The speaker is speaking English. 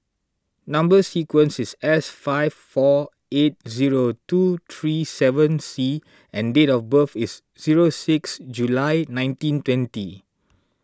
Number Sequence is S five four eight zero two three seven C and date of birth is zero six July nineteen twenty